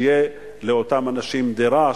שתהיה לאותם אנשים דירה,